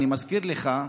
אני מזכיר לך,